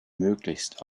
möglichst